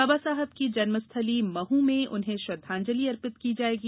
बाबा साहब की जन्मस्थली महू में उन्हें श्रद्वांजलि अर्पित की जायेगी